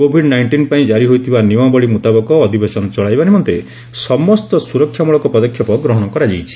Covid nineteen ପାଇଁ ଜାରି ହୋଇଥିବା ନିୟମାବଳୀ ମୁତାବକ ଅଧିବେଶନ ଚଳାଇବା ନିମନ୍ତେ ସମସ୍ତ ସୁରକ୍ଷାମୂଳକ ପଦକ୍ଷେପ ଗ୍ରହଣ କରାଯାଇଛି